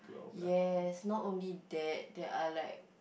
yes not only that there are like